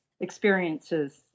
experiences